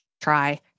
try